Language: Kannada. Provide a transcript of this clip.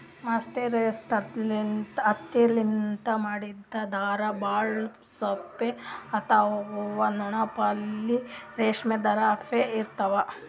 ಮರ್ಸಿರೈಸ್ಡ್ ಹತ್ತಿಲಿಂತ್ ಮಾಡಿದ್ದ್ ಧಾರಾ ಭಾಳ್ ಸಾಫ್ ಅಥವಾ ನುಣುಪಾಗಿ ರೇಶ್ಮಿ ಧಾರಾ ಅಪ್ಲೆ ಇರ್ತಾವ್